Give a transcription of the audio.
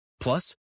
Plus